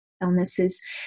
illnesses